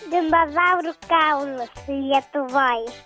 dinozaurų kalnus lietuvoj